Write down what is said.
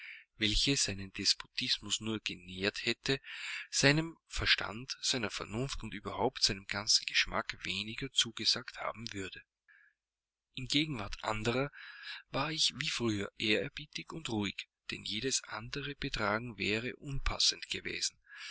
welche seinen despotismus nur genährt hätte seinem verstande seiner vernunft und überhaupt seinem ganzen geschmack weniger zugesagt haben würde in gegenwart anderer war ich wie früher ehrerbietig und ruhig denn jedes andere betragen wäre unpassend gewesen